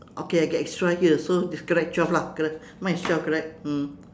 okay I get extra here so it's correct twelve lah correct mine is twelve correct mm